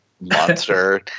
monster